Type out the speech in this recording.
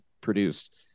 produced